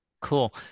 Cool